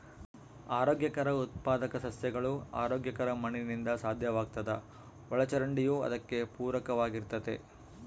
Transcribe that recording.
ಆರೋಗ್ಯಕರ ಉತ್ಪಾದಕ ಸಸ್ಯಗಳು ಆರೋಗ್ಯಕರ ಮಣ್ಣಿನಿಂದ ಸಾಧ್ಯವಾಗ್ತದ ಒಳಚರಂಡಿಯೂ ಅದಕ್ಕೆ ಪೂರಕವಾಗಿರ್ತತೆ